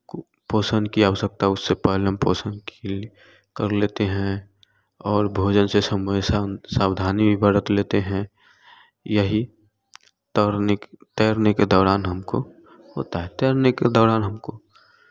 पोषण की आवश्यकता उसे पालन पोषण की कर लेते हैं और भोजन से समय हमेशा सावधानी बा रख लेते हैं यही तैरने की तैरने के दौरान हमको होता है तैरने के दोरान हमको